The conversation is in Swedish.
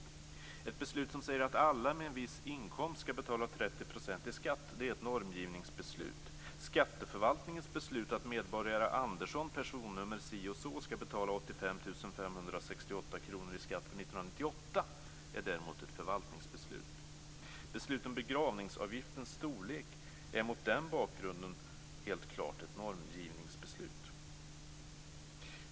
Ett beslut som säger att alla med en viss inkomst skall betala 30 % i skatt är ett normgivningsbeslut. Skatteförvaltningens beslut att medborgare Andersson med personnummer si och så skall betala 85 568 kr i skatt för 1998 är däremot ett förvaltningsbeslut. Beslut om begravningsavgiftens storlek är mot den bakgrunden helt klart ett normgivningsbeslut.